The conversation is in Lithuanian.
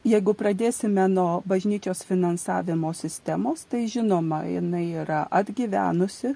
jeigu pradėsime nuo bažnyčios finansavimo sistemos tai žinoma jinai yra atgyvenusi